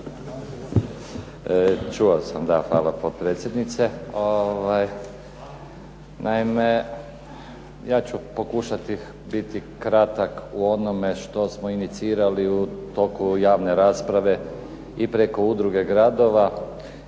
Ivan (SDP)** Hvala potpredsjednice. Naime, ja ću pokušati biti kratak u onome što smo inicirali u toku javne rasprave i preko Udruge gradova